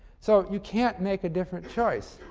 so you can't make a different choice.